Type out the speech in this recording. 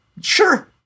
Sure